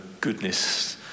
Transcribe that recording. goodness